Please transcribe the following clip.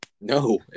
No